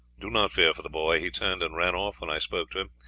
do not fear for the boy he turned and ran off when i spoke to him,